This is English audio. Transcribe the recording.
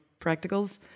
practicals